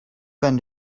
been